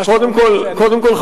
קודם כול,